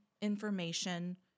information